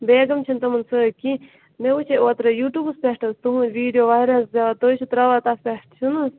بیگم چھُ نہٕ تِمن سۭتۍ کہیٖنٛۍ مےٚ وُِچھ اوترٕ یوٗ ٹوٗبس پٮ۪ٹھ حظ تُہٕنٛز ویٖڈیو واریاہ زیادٕ تُہۍ چھُو ترٛاوان تتھ پٮ۪ٹھ چھُو نہٕ